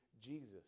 Jesus